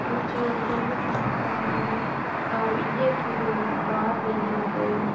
बच्चें अगर कोई बी फार्म भराना होवे तां ओह् इ'यै कि कुतै बाहर जाइयै कुतै